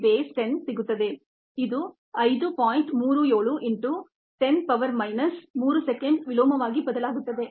37 into 10 power minus 3 second inverse ಆಗಿ ಬದಲಾಗುತ್ತದೆ